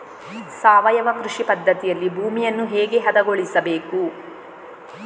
ಸಾವಯವ ಕೃಷಿ ಪದ್ಧತಿಯಲ್ಲಿ ಭೂಮಿಯನ್ನು ಹೇಗೆ ಹದಗೊಳಿಸಬೇಕು?